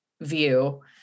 view